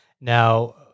Now